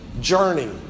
journey